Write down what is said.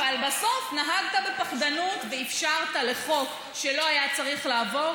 אבל בסוף נהגת בפחדנות ואפשרת לחוק שלא היה צריך לעבור,